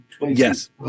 Yes